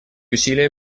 усилия